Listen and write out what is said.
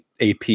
AP